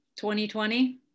2020